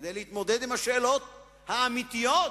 כדי להתמודד עם השאלות האמיתיות.